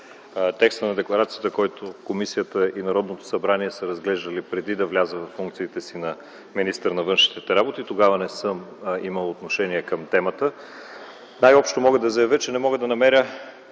текста на декларацията, който комисията и Народното събрание са разглеждали преди да вляза във функцията си на министър на външните работи. Тогава не съм имал отношение към темата. Най-общо мога да заявя, че не мога да намеря